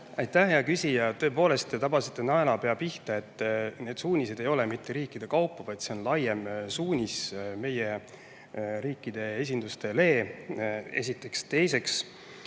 Aitäh, hea küsija! Tõepoolest, te tabasite naelapea pihta, et need suunised ei ole mitte riikide kaupa, vaid see on laiem suunis meie riikide esindustele, seda esiteks. Teiseks,